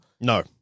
No